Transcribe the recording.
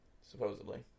Supposedly